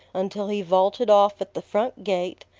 until he vaulted off at the front gate,